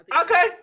Okay